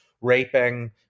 raping